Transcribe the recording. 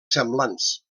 semblants